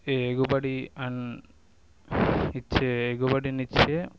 ఎగుబడి and ఇచ్చే ఎగుబడిని ఇచ్చే